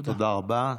תודה רבה.